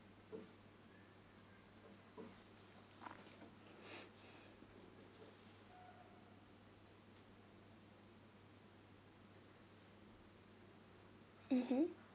mmhmm